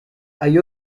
hay